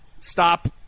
stop